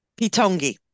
Pitongi